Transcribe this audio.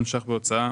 שקלים בהוצאה